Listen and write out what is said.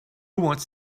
wants